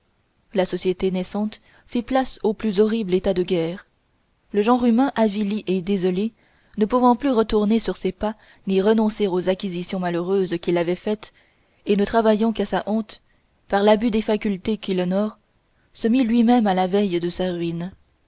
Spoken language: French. la société naissante fit place au plus horrible état de guerre le genre humain avili et désolé ne pouvant plus retourner sur ses pas ni renoncer aux acquisitions malheureuses qu'il avait faites et ne travaillant qu'à sa honte par l'abus des facultés qui l'honorent se mit lui-même à la veille de sa ruine